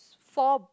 four